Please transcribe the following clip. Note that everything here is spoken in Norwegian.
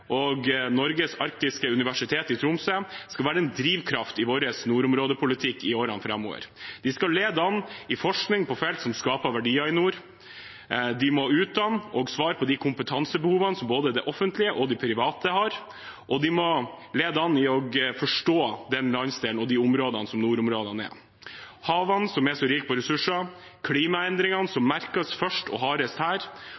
og Norges arktiske universitet i Tromsø skal være en drivkraft i vår nordområdepolitikk i årene framover. De skal lede an i forskning på felt som skaper verdier i nord, de må utdanne og svare på de kompetansebehovene som både det offentlige og det private har, og de må lede an i å forstå den landsdelen og de områdene som nordområdene er. Det er havene, som er så rike på ressurser, klimaendringene, som merkes først og hardest her,